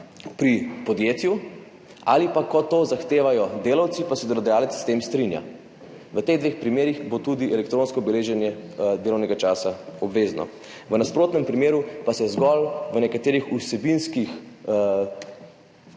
pri podjetju ali pa ko to zahtevajo delavci in se delodajalec s tem strinja. V teh dveh primerih bo tudi elektronsko beleženje delovnega časa obvezno. V nasprotnem primeru pa se zgolj v nekaterih vsebinskih